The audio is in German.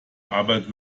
arbeit